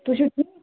تُہۍ چھُو